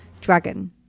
dragon